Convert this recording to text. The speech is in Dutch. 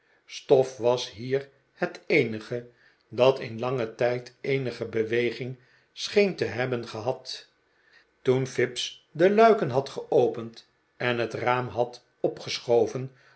stof was hier het eenige dat in langen tijd eenige beweging scheen te hebben gehad toen fips de luiken had geopend en het raam had opgeschoven